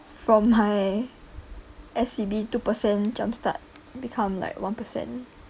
from my S_C_B two percent jumpstart become like one percent